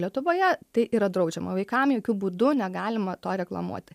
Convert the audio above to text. lietuvoje tai yra draudžiama vaikam jokiu būdu negalima to reklamuoti